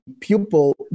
pupil